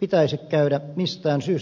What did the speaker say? pitäisi käydä mistään syystä vaihtamaan